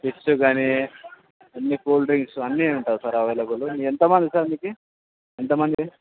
chips కానీ అన్నీ cool drinks అన్నీ ఉంటాయి సార్ అవైలబులు ఎంతమంది సార్ మీకు ఎంతమంది